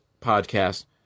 podcast